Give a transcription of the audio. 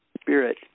spirit